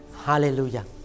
Hallelujah